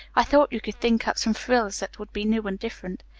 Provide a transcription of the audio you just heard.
i thought you could think up some frills that would be new, and different.